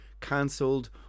cancelled